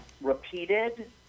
repeated